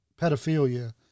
pedophilia